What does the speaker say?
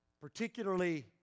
particularly